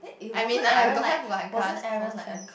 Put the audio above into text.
I mean ah I don't have one close friend